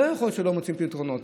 לא יכול להיות שלא מוצאים פתרונות,